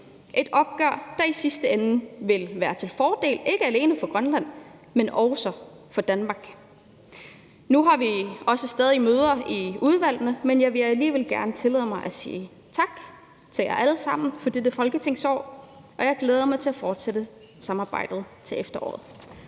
et opgør, der i sidste ende vil være til fordel for ikke alene Grønland, men også for Danmark. Nu har vi også stadig møder i udvalgene, men jeg vil alligevel gerne tillade mig at sige tak til jer alle sammen for dette folketingsår, og jeg glæder mig til at fortsætte samarbejdet til efteråret.